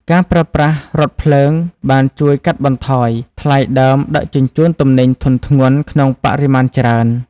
ការប្រើប្រាស់រថភ្លើងបានជួយកាត់បន្ថយថ្លៃដើមដឹកជញ្ជូនទំនិញធុនធ្ងន់ក្នុងបរិមាណច្រើន។